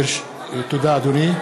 תודה, אדוני.